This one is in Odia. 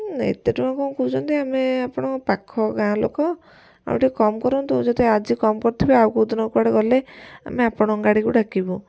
ଏତେ ଟଙ୍କା କ'ଣ କହୁଚନ୍ତି ଆମେ ଆପଣଙ୍କ ପାଖ ଗାଁ ଲୋକ ଆଉ ଟିକେ କମ୍ କରନ୍ତୁ ଯଦି ଆଜି କମ୍ କରିଥିବେ ଆଉ କେଉଁଦିନ କୁଆଡ଼େ ଗଲେ ଆମେ ଆପଣଙ୍କ ଗାଡ଼ିକୁ ଡାକିବୁ